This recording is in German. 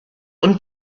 und